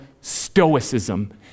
stoicism